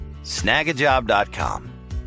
snagajob.com